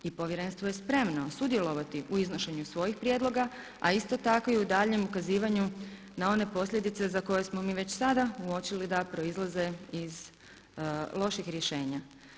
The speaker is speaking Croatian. I povjerenstvo je spremno sudjelovati u iznošenju svojih prijedloga a isto tako i u daljnjem ukazivanju na one posljedice za koje smo mi već sada uočili da proizlaze iz loših rješenja.